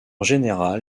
général